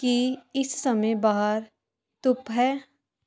ਕੀ ਇਸ ਸਮੇਂ ਬਾਹਰ ਧੁੱਪ ਹੈ